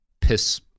piss